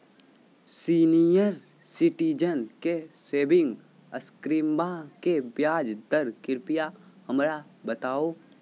senior citizen के saving स्कीमवा के ब्याज दर कृपया हमरा बताहो